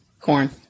Corn